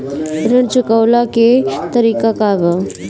ऋण चुकव्ला के तरीका का बा?